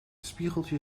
spiegeltje